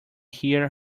hear